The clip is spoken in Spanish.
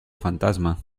fantasma